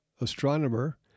Astronomer